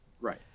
Right